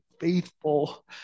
faithful